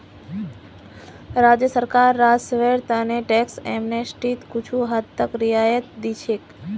राज्य सरकार राजस्वेर त न टैक्स एमनेस्टीत कुछू हद तक रियायत दी छेक